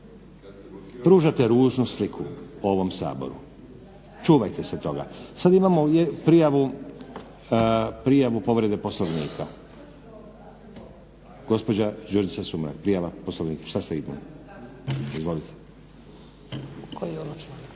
Pružate ružnu sliku o ovom Saboru. Čuvajte se toga. Sad imamo prijavu povrede Poslovnika. Gospođa Đurđica Sumrak prijava Poslovnika. Šta ste imali? Izvolite. **Sumrak,